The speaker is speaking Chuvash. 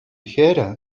хӗрӗ